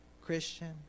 Christian